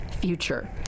future